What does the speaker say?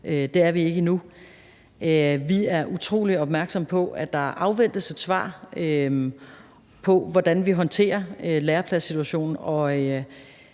Det er vi ikke endnu. Vi er utrolig opmærksomme på, at der afventes et svar på, hvordan vi håndterer lærepladssituationen,